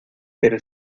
pero